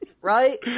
right